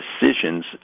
decisions